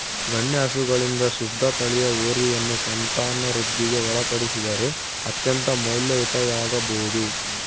ಗಣ್ಯ ಹಸುಗಳಿಂದ ಶುದ್ಧ ತಳಿಯ ಹೋರಿಯನ್ನು ಸಂತಾನವೃದ್ಧಿಗೆ ಒಳಪಡಿಸಿದರೆ ಅತ್ಯಂತ ಮೌಲ್ಯಯುತವಾಗಬೊದು